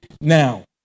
now